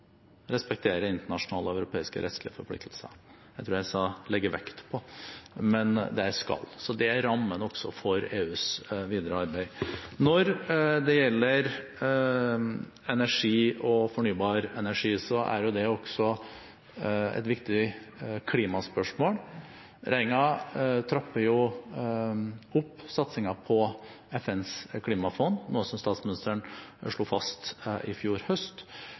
respektere internasjonale og europeiske rettslige forpliktelser. Jeg tror jeg sa «legge vekt på», men det er «skal». Det er rammen for EUs videre arbeid. Når det gjelder energi og fornybar energi, er det også et viktig klimaspørsmål. Regjeringen trapper jo opp satsingen på FNs klimafond, noe som statsministeren slo fast i fjor høst.